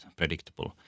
predictable